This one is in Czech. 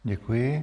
Děkuji.